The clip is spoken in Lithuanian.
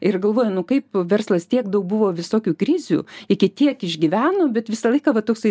ir galvoji nu kaip verslas tiek daug buvo visokių krizių iki tiek išgyveno bet visą laiką va toksai